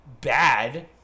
bad